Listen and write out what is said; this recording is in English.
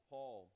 Paul